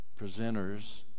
presenters